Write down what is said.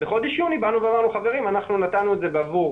בחודש יוני אמרנו 'חברים, אנחנו נתנו את זה בעבור